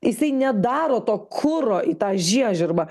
jisai nedaro to kuro į tą žiežirbą